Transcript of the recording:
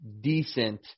decent